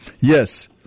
Yes